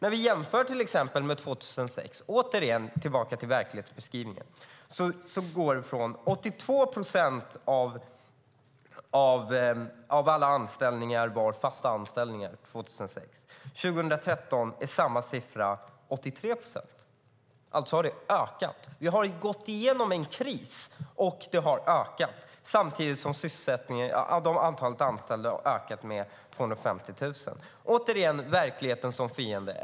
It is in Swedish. Vi kan jämföra med till exempel 2006, återigen tillbaka till verklighetsbeskrivningen, då 82 procent av alla anställningar var fasta anställningar. År 2013 var 83 procent fasta anställningar. Alltså har det skett en ökning. Vi har gått igenom en kris, och det har varit en ökning av antalet fasta anställningar, samtidigt som antalet anställda har ökat med 250 000. Återigen har ni verkligheten som fiende.